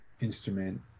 instrument